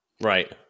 Right